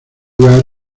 lugar